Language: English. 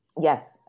Yes